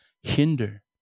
hinder